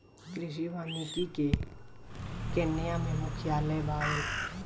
कृषि वानिकी के केन्या में मुख्यालय बावे